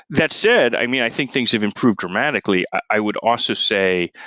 that said, i mean i think things have improved dramatically. i would also say,